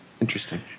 interesting